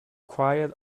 quite